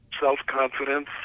self-confidence